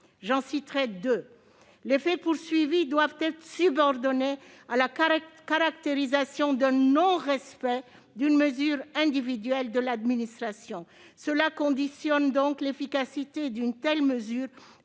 J'en citerai deux. Premièrement, les faits poursuivis doivent être subordonnés à la caractérisation du non-respect d'une mesure individuelle de l'administration, ce qui conditionne l'efficacité d'une telle mesure